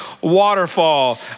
waterfall